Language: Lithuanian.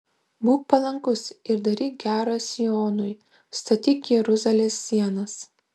būk palankus ir daryk gera sionui statyk jeruzalės sienas